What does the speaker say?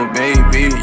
baby